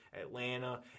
Atlanta